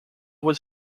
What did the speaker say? was